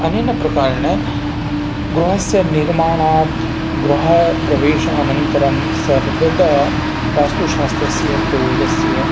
अनेन प्रकारेण गृहस्य निर्माणात् गृहप्रवेशानन्तरं सर्वदा वास्तुशास्त्रस्य प्रयोगस्य